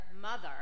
mother